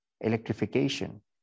electrification